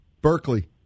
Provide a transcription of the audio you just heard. Berkeley